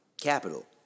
capital